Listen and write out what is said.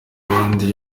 abandi